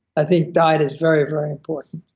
i think diet is very, very important